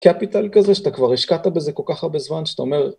קפיטל כזה שאתה כבר השקעת בזה כל כך הרבה זמן, שאתה אומר...